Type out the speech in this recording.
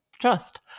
Trust